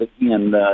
again